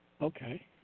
Okay